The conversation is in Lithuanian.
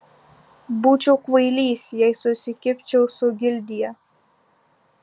būčiau kvailys jei susikibčiau su gildija